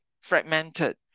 fragmented